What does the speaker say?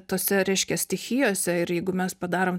tose reiškia stichijose ir jeigu mes padarom